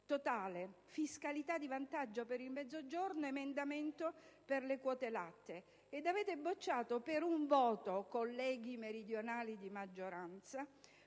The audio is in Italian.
fiscalità di vantaggio per il Mezzogiorno ed emendamento per le quote-latte. Avete poi bocciato per un voto, colleghi meridionali di maggioranza,